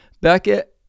Beckett